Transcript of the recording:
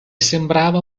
sembrava